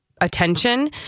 attention